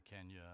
Kenya